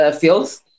fields